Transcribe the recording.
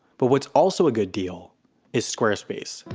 but what's also a good deal is squarespace.